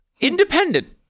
independent